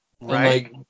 right